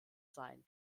sein